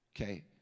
Okay